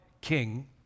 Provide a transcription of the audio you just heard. king